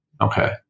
Okay